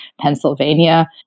Pennsylvania